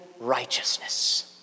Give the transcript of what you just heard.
righteousness